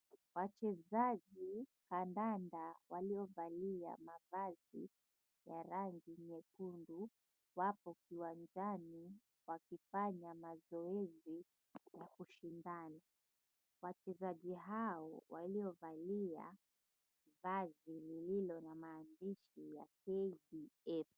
Wachezaji kandanda waliovalia mavazi ya rangi nyekundu wapo uwanjani wakifanya mazoezi ya kushindana. Wachezaji hao waliovalia vazi lililo na maandishi ya kdf.